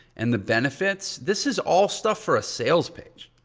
and the benefits, this is all stuff for a sales page.